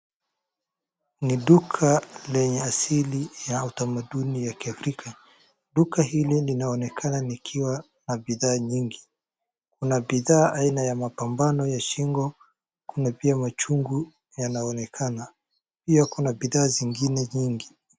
Ni duka lenye aili ya utamaduni wa kiafrika, duka hili linaonekana likiwa na bidhaa nyingi, kuna bidhaa aina ya mapambano ya shingo, kuna pia machungu yanaonekana, pia kuna bidhaa zingine nyingi.